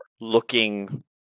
looking